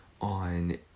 on